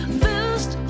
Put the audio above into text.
boost